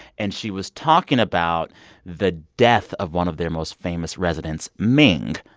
and she was talking about the death of one of their most famous residents, ming,